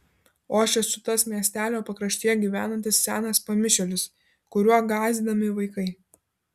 o aš esu tas miestelio pakraštyje gyvenantis senas pamišėlis kuriuo gąsdinami vaikai